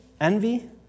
Envy